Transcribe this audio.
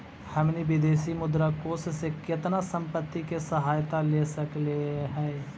हमनी विदेशी मुद्रा कोश से केतना संपत्ति के सहायता ले सकलिअई हे?